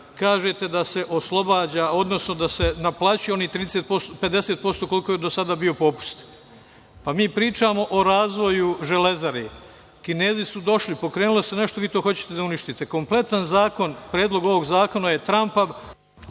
kažete da se oslobađa, odnosno da se naplaćuje onih 50% koliko je do sada bio popust. Pa, mi pričamo o razvoju Železare. Kinezi su došli. Pokrenulo se nešto, vi to hoćete da uništite. Kompletan predlog ovog zakona je trapav.